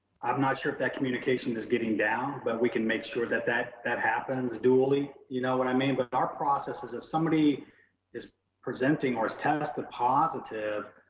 i'm not sure if that communication is getting down, but we can make sure that that that happens dually, you know what i mean? but our processes, if somebody is presenting or has tested positive,